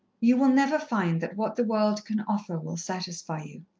you will never find that what the world can offer will satisfy you.